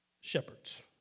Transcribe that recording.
shepherds